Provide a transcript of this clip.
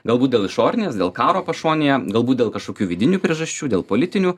galbūt dėl išorinės dėl karo pašonėje galbūt dėl kažkokių vidinių priežasčių dėl politinių